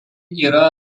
yra